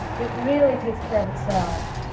it really takes care of itself.